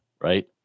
Right